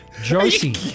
Josie